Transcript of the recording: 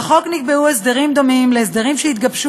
בחוק נקבעו הסדרים דומים להסדרים שהתגבשו